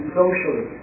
socially